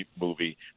movie